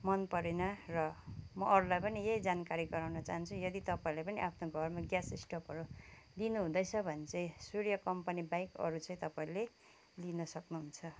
मन परेन र म अरूलाई पनि यही जानकारी गराउन चाहान्छु यदि तपाईँहरूले पनि आफ्नो घरमा ग्यास स्टोभहरू लिनु हुँदैछ भने चाहिँ सूर्य कम्पनी बाहेक अरू चाहिँ तपाईँहरूले लिन सक्नुहुन्छ